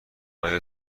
آیا